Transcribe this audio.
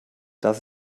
das